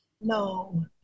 No